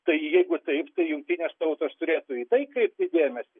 tai jeigu taip tai jungtinės tautos turėtų į tai kreipti dėmesį